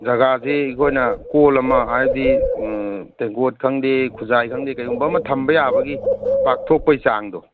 ꯖꯒꯥꯖꯦ ꯑꯩꯈꯣꯏꯅ ꯀꯣꯜ ꯑꯃ ꯍꯥꯏꯗꯤ ꯇꯦꯡꯀꯣꯠ ꯈꯪꯗꯦ ꯈꯨꯖꯥꯏ ꯈꯪꯗꯦ ꯀꯩꯒꯨꯝꯕ ꯑꯃ ꯊꯝꯕ ꯌꯥꯕꯒꯤ ꯄꯥꯛꯊꯣꯛꯄꯩ ꯆꯥꯡꯗꯣ